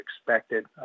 expected